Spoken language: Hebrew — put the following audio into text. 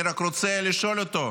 אני רק רוצה לשאול אותו: